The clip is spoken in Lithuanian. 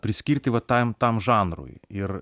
priskirti va tam tam žanrui ir